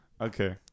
okay